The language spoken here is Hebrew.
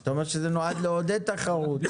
אתה אומר שזה נועד לעודד תחרות.